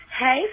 Hey